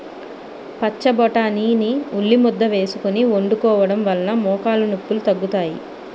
పచ్చబొటాని ని ఉల్లిముద్ద వేసుకొని వండుకోవడం వలన మోకాలు నొప్పిలు తగ్గుతాయి